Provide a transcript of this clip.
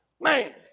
man